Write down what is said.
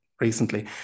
recently